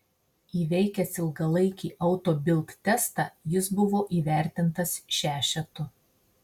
įveikęs ilgalaikį auto bild testą jis buvo įvertintas šešetu